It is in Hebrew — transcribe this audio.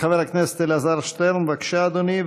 חבר הכנסת אלעזר שטרן, בבקשה, אדוני.